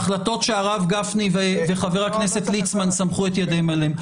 ההחלטות שהרב גפני וחבר כנסת ליצמן סמכו את ידיהם עליהן.